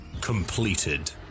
completed